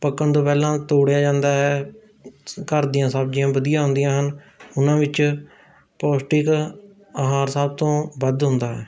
ਪੱਕਣ ਤੋਂ ਪਹਿਲਾਂ ਤੋੜਿਆ ਜਾਂਦਾ ਹੈ ਘਰ ਦੀਆਂ ਸਬਜ਼ੀਆਂ ਵਧੀਆ ਹੁੰਦੀਆਂ ਹਨ ਉਹਨਾਂ ਵਿੱਚ ਪੌਸ਼ਟਿਕ ਅਹਾਰ ਸਭ ਤੋਂ ਵੱਧ ਹੁੰਦਾ ਹੈ